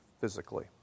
physically